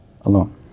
alone